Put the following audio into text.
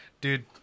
dude